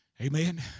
Amen